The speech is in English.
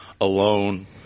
alone